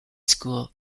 school